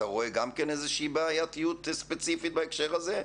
אתה רואה גם כן איזושהי בעייתיות ספציפית בהקשר הזה?